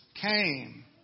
came